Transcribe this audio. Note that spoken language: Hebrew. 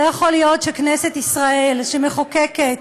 לא יכול להיות שכנסת ישראל שמחוקקת